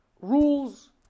rules